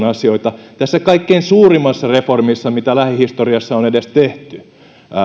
asioita tässä kaikkein suurimmassa reformissa mitä lähihistoriassa on edes tehty